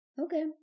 Okay